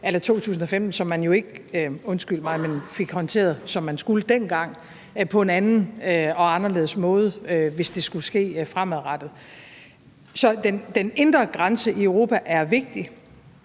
a la 2015, som man jo, undskyld mig, ikke fik håndteret, som man skulle dengang, og på en anden og anderledes måde, hvis det skulle ske fremadrettet. Så de indre grænser i Europa er vigtige.